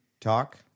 talk